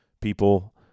people